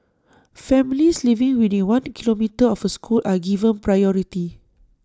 families living within one kilometre of A school are given priority